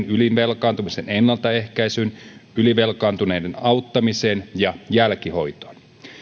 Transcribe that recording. ylivelkaantumisen ennaltaehkäisyyn ylivelkaantuneiden auttamiseen ja jälkihoitoon